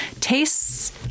tastes